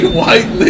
white